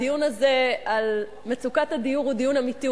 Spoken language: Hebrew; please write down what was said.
הדיון הזה על מצוקת הדיור הוא דיון אמיתי.